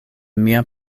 mia